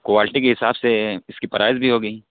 quality کے حساب سے اس کی پرائز بھی ہوگی